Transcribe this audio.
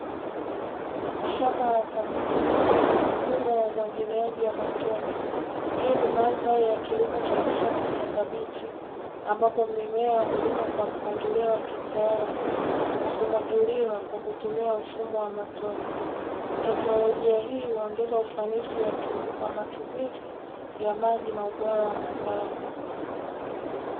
Shamba la kabichi lenye mfumo wa umwagiliaji wa matone hii ni mandhari ya kilimo cha kisasa cha kabichi, ambapo mimea hulimwa kwa mpangilio wa kitaalamu, na humwagiliwa kwa kutumia mfumo wa matone. Teknolojia hii huongeza ufanisi wa matumizi ya maji na ubora wa mazao.